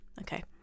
Okay